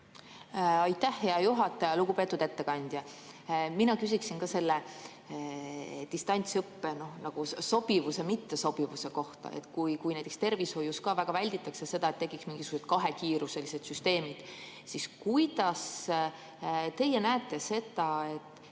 Aitäh, hea juhataja! Lugupeetud ettekandja! Mina küsiksin ka selle distantsõppe sobivuse ja mittesobivuse kohta. Kui näiteks tervishoius väga välditakse seda, et tekiksid mingisugused kahekiiruselised süsteemid, siis kuidas teie näete seda, et